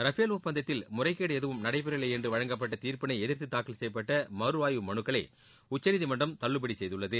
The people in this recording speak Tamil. ரபேல் ஒப்பந்தத்தில் முறைகேடு ஏதும் நடைபெறவில்லை என்று வழங்கப்பட்ட தீர்ப்பினை எதிர்த்து தாக்கல் செய்யப்பட்ட மறு ஆய்வு மனுக்களை உச்சநீதிமன்றம் தள்ளுபடி செய்துள்ளது